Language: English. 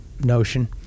notion